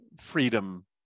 freedom